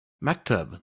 maktub